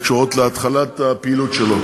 שקשורות להתחלת הפעילות שלו,